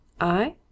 I